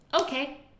okay